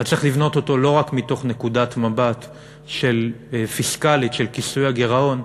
אז צריך לבנות אותו לא רק מתוך נקודת מבט פיסקלית של כיסוי הגירעון,